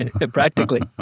practically